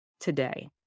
Today